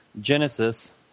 Genesis